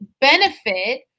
benefit